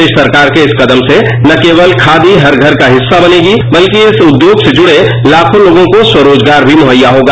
प्रदेश सरकार के इस कदम से न केवल खादी हर घर का हिस्सा बनेगी बल्कि इस उद्योग से जुड़े लाखों लोगों को स्वरोजगार भी मुहैया होगा